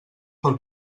pel